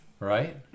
Right